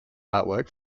artwork